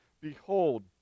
Behold